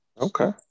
okay